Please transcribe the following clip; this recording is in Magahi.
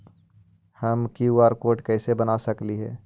हम कियु.आर कोड कैसे बना सकली ही?